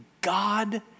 God